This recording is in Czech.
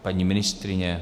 Paní ministryně?